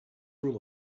rule